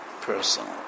personal